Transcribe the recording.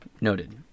noted